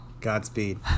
Godspeed